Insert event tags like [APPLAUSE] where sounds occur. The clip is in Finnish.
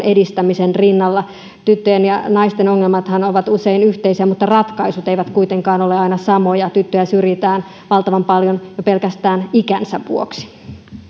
[UNINTELLIGIBLE] edistämisen rinnalla tyttöjen ja naisten ongelmathan ovat usein yhteisiä mutta ratkaisut eivät kuitenkaan ole aina samoja tyttöjä syrjitään valtavan paljon jo pelkästään ikänsä vuoksi